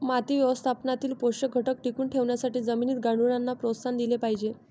माती व्यवस्थापनातील पोषक घटक टिकवून ठेवण्यासाठी जमिनीत गांडुळांना प्रोत्साहन दिले पाहिजे